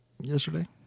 yesterday